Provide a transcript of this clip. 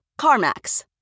CarMax